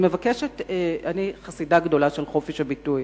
אני חסידה גדולה של חופש הביטוי.